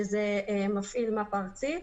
שזה מפעיל מפ"א ארצי,